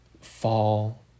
fall